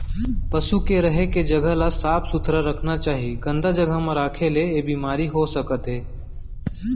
पसु के रहें के जघा ल साफ सुथरा रखना चाही, गंदा जघा म राखे ले ऐ बेमारी हो सकत हे